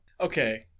Okay